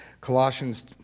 Colossians